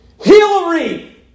Hillary